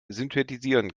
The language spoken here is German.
synthetisieren